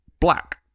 black